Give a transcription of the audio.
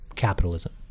Capitalism